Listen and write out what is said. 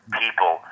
people